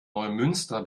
neumünster